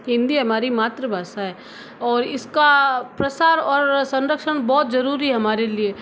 हिन्दी हमारी मातृभाषा है और इसका प्रसार और संरक्षण बहुत जरुरी है हमारे लिए